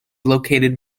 located